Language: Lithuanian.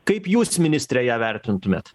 kaip jūs ministre ją vertintumėt